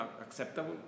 acceptable